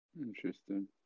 Interesting